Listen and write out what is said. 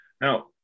Now